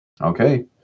okay